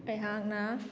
ꯑꯩꯍꯥꯛꯅ